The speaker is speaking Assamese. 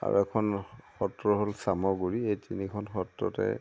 আৰু এখন সত্ৰ হ'ল চামগুৰি এই তিনিখন সত্ৰতে